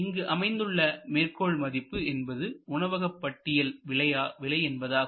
இங்கு அமைந்துள்ள மேற்கோள் மதிப்பு என்பது உணவக பட்டியல் விலை என்பதாகும்